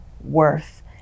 worth